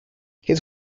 his